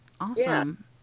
Awesome